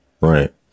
right